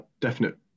definite